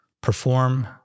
Perform